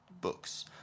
books